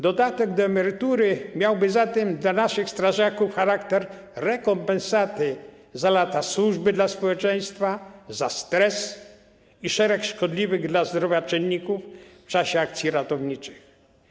Dodatek do emerytury miałby zatem dla naszych strażaków charakter rekompensaty za lata służby dla społeczeństwa, za stres i szereg szkodliwych dla zdrowia czynników w czasie akcji ratowniczych.